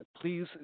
please